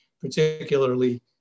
particularly